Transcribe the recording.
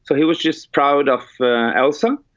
so he was just proud of elsa.